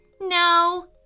No